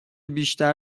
بیشتر